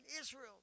Israel